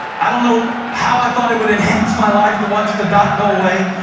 i don't know how i thought it would enhance my life to watch the dot go away,